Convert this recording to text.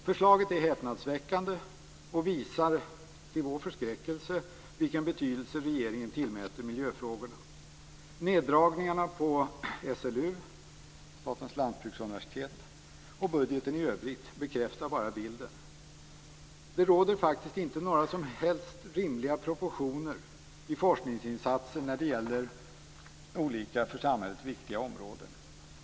Förslaget är häpnadsväckande och visar till vår förskräckelse vilken betydelse regeringen tillmäter miljöfrågorna. Neddragningarna på SLU, Statens lantbruksuniversitet, och budgeten i övrigt bekräftar bara bilden. Det råder faktiskt inte några som helst rimliga proportioner i forskningsinsatser när det gäller olika för samhället viktiga områden.